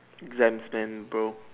exams then bro